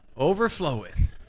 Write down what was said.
overfloweth